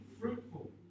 fruitful